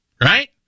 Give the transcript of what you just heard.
right